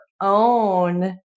own